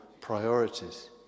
priorities